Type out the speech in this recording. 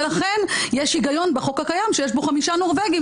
ולכן יש היגיון בחוק הקיים שיש בו חמישה נורבגים,